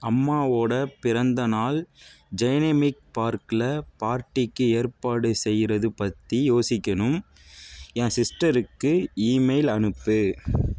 அம்மாவோட பிறந்தநாள் ஜைனமிக்கு பார்க்கில் பார்ட்டிக்கு ஏற்பாடு செய்வது பற்றி யோசிக்கணும்னு என் சிஸ்டருக்கு இமெயில் அனுப்பு